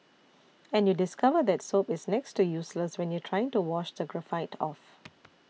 and you discover that soap is next to useless when you're trying to wash the graphite off